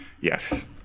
Yes